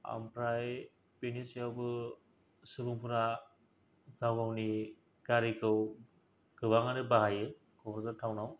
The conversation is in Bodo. आमफ्राय बेनि सायावबो सुबुंफोरा गाव गावनि गारिखौ गोबाङानो बाहायो क'क्राझार टाउनाव